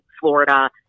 Florida